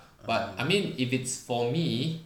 ah